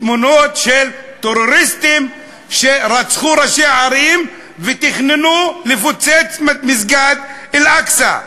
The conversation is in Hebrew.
תמונות של טרוריסטים שרצחו ראשי ערים ותכננו לפוצץ את מסגד אל-אקצא.